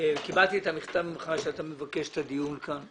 וקיבלתי ממך את המכתב בו אתה מבקש את הדיון כאן.